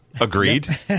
Agreed